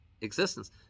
existence